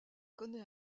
connaît